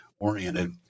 oriented